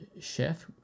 chef